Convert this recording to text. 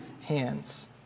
hands